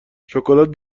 شکلات